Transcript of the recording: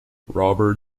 robert